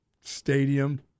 stadium